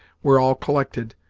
were all collected,